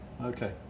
okay